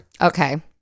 okay